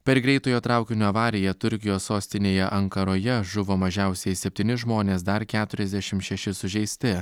per greitojo traukinio avariją turkijos sostinėje ankaroje žuvo mažiausiai septyni žmonės dar keturiasdešim šeši sužeisti